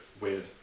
weird